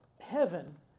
heaven